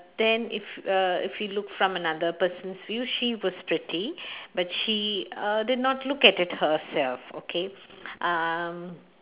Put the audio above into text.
then if uh if we look from another person's view she was pretty but she uh did not look at it herself okay um